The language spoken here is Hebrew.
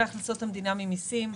אם זה בהכנסות המדינה ממסים,